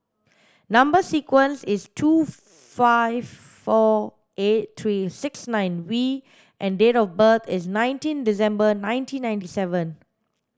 number sequence is T two five four eight three six nine V and date of birth is nineteen December nineteen ninety seven